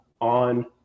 on